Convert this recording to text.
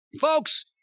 folks